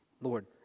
Lord